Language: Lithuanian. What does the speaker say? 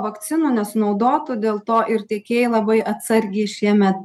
vakcinų nesunaudotų dėl to ir tiekėjai labai atsargiai šiemet